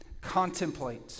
contemplate